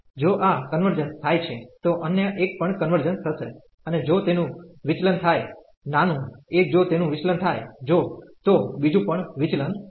જો આ કન્વર્જન્સ થાય છે તો અન્ય એક પણ કન્વર્જન્સ થશે અને જો તેનું વિચલન થાય નાનું એક જો તેનું વિચલન થાય જો તો બીજુ પણ વિચલન થશે